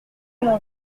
mon